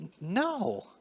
No